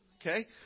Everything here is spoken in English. okay